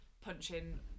punching